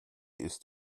ist